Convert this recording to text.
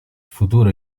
futuro